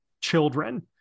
children